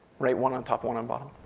right, one on top, one on bottom.